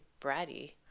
bratty